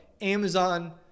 Amazon